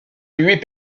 huit